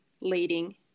leading